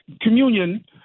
communion